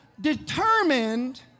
determined